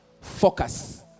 Focus